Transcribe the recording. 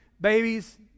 babies